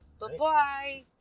Bye-bye